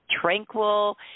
tranquil